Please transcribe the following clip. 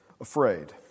afraid